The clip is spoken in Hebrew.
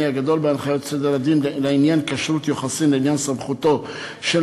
הגדול בהנחיות סדר הדין לעניין כשרות יוחסין לעניין סמכותו של